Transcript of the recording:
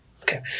Okay